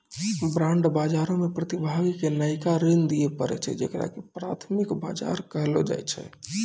bond बजारो मे प्रतिभागी के नयका ऋण दिये पड़ै छै जेकरा की प्राथमिक बजार कहलो जाय छै